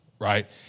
right